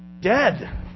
Dead